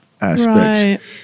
aspects